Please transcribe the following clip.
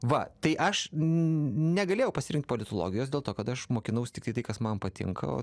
va tai aš negalėjau pasirinkt politologijos dėl to kad aš mokinaus tiktai tai kas man patinka o